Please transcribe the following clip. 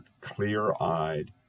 clear-eyed